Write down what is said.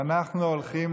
אנחנו הולכים